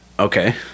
Okay